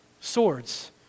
swords